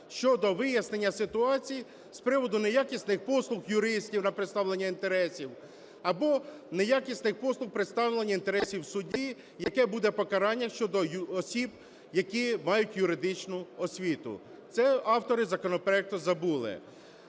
щодо вияснення ситуації з приводу неякісних послуг юристів на представлення інтересів або неякісних послуг представлення інтересів в суді? Яке буде покарання щодо осіб, які мають юридичну освіту? Це автори законопроекту забули.